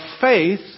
faith